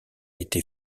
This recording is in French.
était